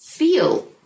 feel